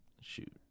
Shoot